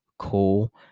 cool